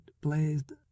blazed